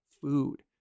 food